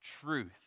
truth